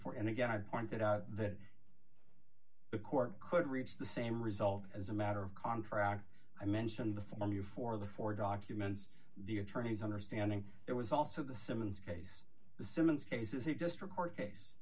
th and again i pointed out that the court could reach the same result as a matter of contract i mentioned the form you for the for documents the attorney's understanding there was also the summons case the summons cases it just for court case